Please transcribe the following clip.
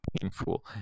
painful